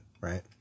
Right